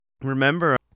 Remember